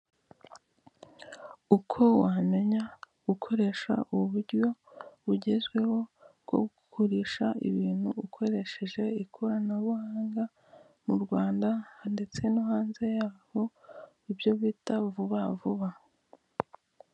Uko wamenya gukoresha uburyo bugezweho bwo kugurisha ibintu ukoresheje ikoranabuhanga mu Rwanda ndetse no hanze y'aho, ibyo bita vuba vuba.